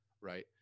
right